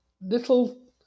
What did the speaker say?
little